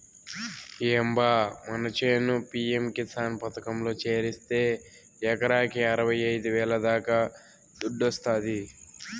ఏం బా మన చేను పి.యం కిసాన్ పథకంలో చేరిస్తే ఎకరాకి అరవైఐదు వేల దాకా దుడ్డొస్తాది